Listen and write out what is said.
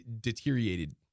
deteriorated